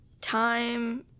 time